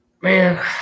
Man